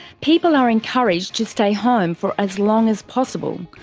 people are encouraged to stay home for as long as possible,